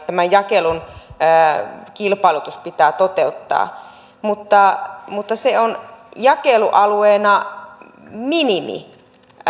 tämän jakelun kilpailutus pitää toteuttaa mutta mutta se on jakelualueena minimi